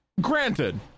granted